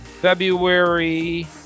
February